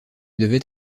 devait